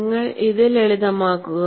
നിങ്ങൾ ഇത് ലളിതമാക്കുക